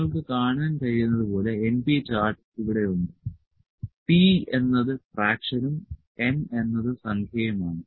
നിങ്ങൾക്ക് കാണാൻ കഴിയുന്നത് പോലെ np ചാർട്ട് ഇവിടെ ഉണ്ട് p എന്നത് ഫ്രാക്ഷനും n എന്നത് സംഖ്യയുമാണ്